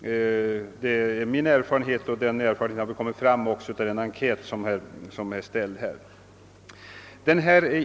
Detta är min erfarenhet och den har också bekräftats i den enkät som gjorts i detta sammanhang.